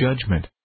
judgment